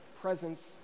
presence